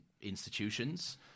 institutions